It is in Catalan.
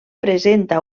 presenta